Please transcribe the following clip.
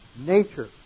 nature